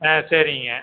ஆ சரிங்க